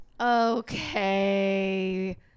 Okay